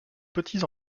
petits